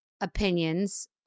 opinions